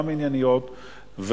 גם ענייניות,